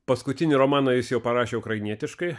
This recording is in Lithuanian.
paskutinį romaną jis jau parašė ukrainietiškai